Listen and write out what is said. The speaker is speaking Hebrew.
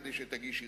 כדי שתגיש ערעור.